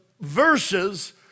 verses